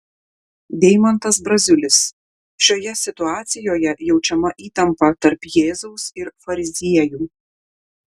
deimantas braziulis šioje situacijoje jaučiama įtampa tarp jėzaus ir fariziejų